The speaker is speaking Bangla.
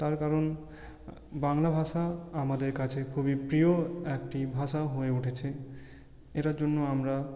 তার কারণ বাংলা ভাষা আমাদের কাছে খুবই প্রিয় একটি ভাষা হয়ে উঠেছে এটার জন্য আমরা